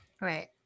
Right